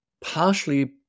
partially